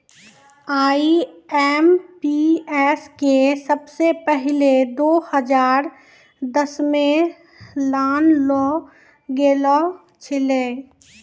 IMPS के सबसे पहिलै दो हजार दसमे लानलो गेलो छेलै